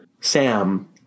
Sam